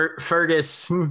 Fergus